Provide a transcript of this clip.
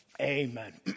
Amen